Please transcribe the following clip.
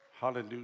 Hallelujah